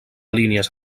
línies